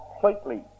completely